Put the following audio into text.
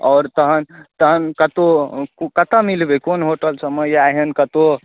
आओर तखन तखन कतहु कतय मिलबै कोन होटलसभमे या एहन कतहु